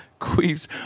queefs